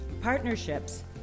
Partnerships